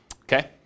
okay